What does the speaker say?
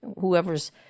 whoever's